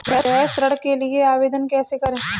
गृह ऋण के लिए आवेदन कैसे करें?